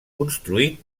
construït